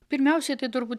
pirmiausiai tai turbūt